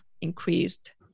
increased